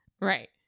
Right